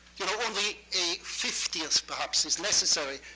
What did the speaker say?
you know only a fiftieth perhaps is necessary,